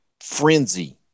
frenzy